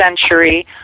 century